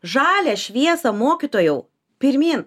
žalią šviesą mokytojau pirmyn